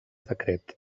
decret